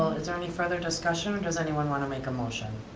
well is there any further discussion or does anyone wanna make a motion?